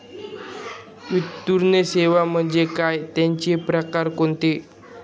वित्तीय सेवा म्हणजे काय? त्यांचे प्रकार कोणते?